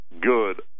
good